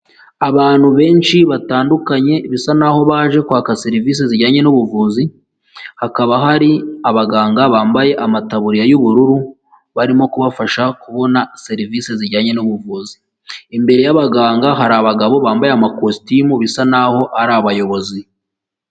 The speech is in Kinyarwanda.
Abantu benshi batandukanye bisa naho baje kwaka serivisi zijyanye n'ubuvuzi, hakaba hari abaganga bambaye amataburiya y'ubururu, barimo kubafasha kubona serivisi zijyanye n'ubuvuzi, imbere y'abaganga hari abagabo bambaye amakositimu bisa naho ari abayobozi.